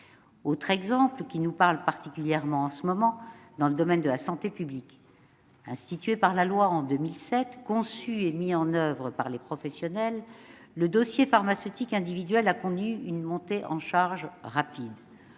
autre exemple, particulièrement d'actualité, concerne le domaine de la santé publique. Institué par la loi en 2007, conçu et mis en oeuvre par les professionnels, le dossier pharmaceutique individuel a connu une montée en charge rapide.